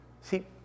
See